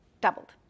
doubled